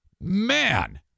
Man